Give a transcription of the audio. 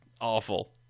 Awful